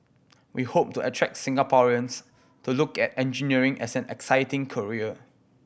we hope to attract Singaporeans to look at engineering as an exciting career